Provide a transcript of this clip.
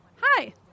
Hi